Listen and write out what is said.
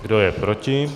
Kdo je proti?